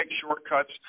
shortcuts